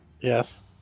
Yes